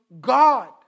God